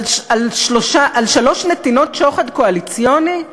על שלוש נתינות שוחד קואליציוני?